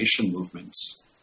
movements